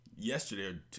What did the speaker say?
Yesterday